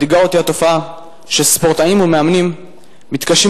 מדאיגה אותי התופעה שספורטאים ומאמנים מתקשים